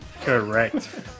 Correct